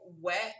wet